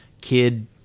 kid